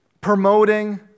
promoting